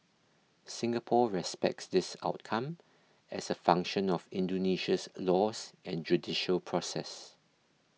Singapore respects this outcome as a function of Indonesia's laws and judicial process